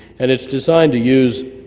and it's designed to use